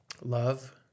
Love